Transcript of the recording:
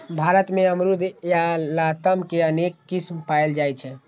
भारत मे अमरूद या लताम के अनेक किस्म पाएल जाइ छै